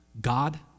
God